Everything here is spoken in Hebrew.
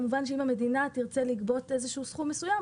כמובן שאם המדינה תרצה לגבות איזשהו סכום מסוים,